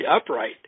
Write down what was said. upright